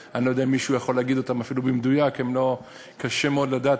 אני אפילו לא יודע אם מישהו יכול להגיד אותם במדויק,